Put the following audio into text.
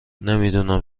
نمیدونم